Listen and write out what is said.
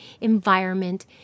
environment